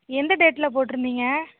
எந்த டேட்டில் போட்டிருந்தீங்க